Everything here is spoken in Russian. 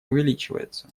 увеличивается